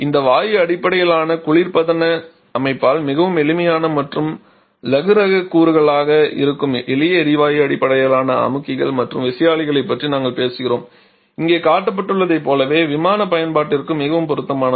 இந்த வாயு அடிப்படையிலான குளிர்பதன அமைப்பால் மிகவும் எளிமையான மற்றும் இலகுரக கூறுகளாக இருக்கும் எளிய எரிவாயு அடிப்படையிலான அமுக்கிகள் மற்றும் விசையாழிகளைப் பற்றி நாங்கள் பேசுகிறோம் இங்கே காட்டப்பட்டுள்ளதைப் போலவே விமான பயன்பாட்டிற்கும் மிகவும் பொருத்தமானது